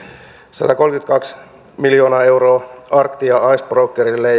satakolmekymmentäkaksi miljoonaa euroa arctia icebreakingille